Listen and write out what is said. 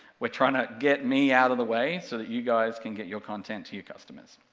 we're trying to get me out of the way, so that you guys can get your content to your customers.